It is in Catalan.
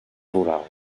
rural